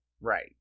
Right